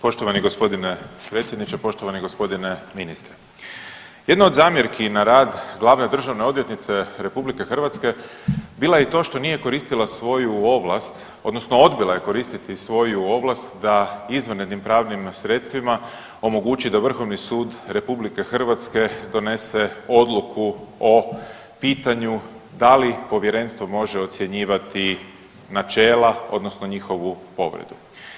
Poštovani gospodine predsjedniče, poštovani gospodine ministre, jedna od zamjerki na rad glavne državne odvjetnice RH bila je i to što nije koristila svoju ovlast odnosno odbila je koristiti svoju ovlast da izvanrednim pravnim sredstvima omogući da Vrhovni sud RH donese odluku o pitanju da li povjerenstvo može ocjenjivati načela odnosno njihovu povredu.